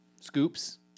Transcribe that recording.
scoops